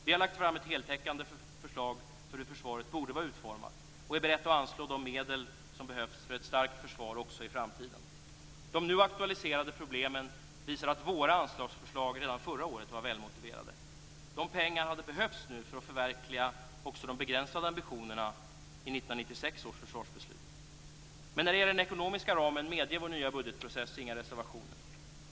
Vi har lagt fram ett heltäckande förslag till hur försvaret borde vara utformat, och vi är beredda att anvisa de medel som behövs för ett starkt försvar också i framtiden. De nu aktualiserade problemen visar att våra anslagsförslag redan förra året var välmotiverade. De pengarna hade behövts nu för att förverkliga också de begränsade ambitionerna i 1996 års försvarsbeslut. När det gäller den ekonomiska ramen medger vår nya budgetprocess dock inga reservationer.